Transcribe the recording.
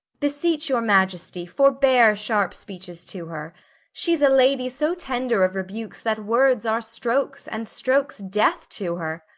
beseech your majesty, forbear sharp speeches to her she's a lady so tender of rebukes that words are strokes, and strokes death to her.